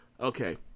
Okay